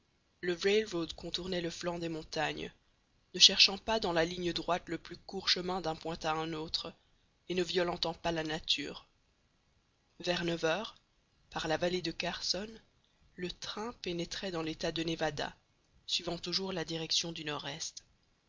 le rail road contournait le flanc des montagnes ne cherchant pas dans la ligne droite le plus court chemin d'un point à un autre et ne violentant pas la nature vers neuf heures par la vallée de carson le train pénétrait dans l'état de nevada suivant toujours la direction du nord-est